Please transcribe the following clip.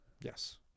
yes